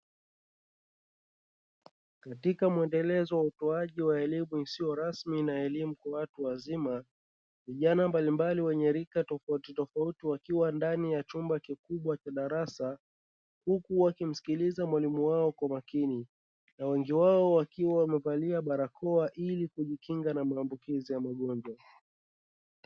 Katika muendelezo wa utoaji wa elimu isiyo rasmi na elimu kwa watu wazima, vijana mbalimbali wenye rika tofautitofauti wakiwa ndani ya chumba kikubwa cha darasa. Huku wakimsikiliza mwalimu wao kwa makini, na wengi wao wakiwa wamevalia barakoa ili kujikinga na maambukizi ya magonjwa.